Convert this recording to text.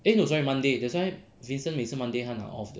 eh no sorry monday that's why vincent 每次 monday 他拿 off 的